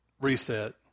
reset